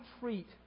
treat